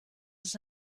ist